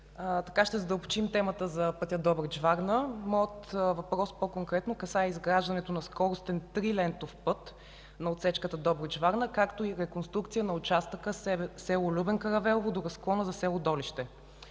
Ще задълбочим темата за пътя Добрич – Варна. Моят въпрос по-конкретно касае изграждането на скоростен трилентов път на отсечката Добрич – Варна, както и реконструкция на участъка село Любен Каравелово до разклона на село Долище.